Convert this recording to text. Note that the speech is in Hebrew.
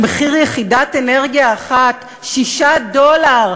על יחידת אנרגיה אחת 6 דולר,